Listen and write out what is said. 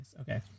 Okay